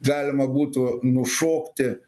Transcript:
galima būtų nušokti